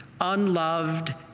unloved